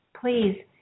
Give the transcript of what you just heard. please